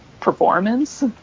performance